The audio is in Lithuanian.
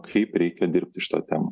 kaip reikia dirbti šita tema